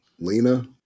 Lena